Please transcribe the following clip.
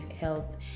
health